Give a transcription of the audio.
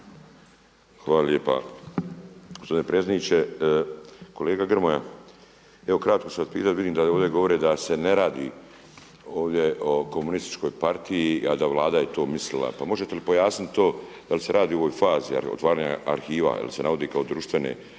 Hvala lijepa gospodine predsjedniče. Kolega Grmoja, evo kratko ću vas pitati vidim da se ovdje govori da se ne radi o komunističkoj partiji, a da je Vlada to mislila. Pa možete li pojasniti to da li se radi u ovoj fazi otvaranje arhiva jer se navodi kao društvene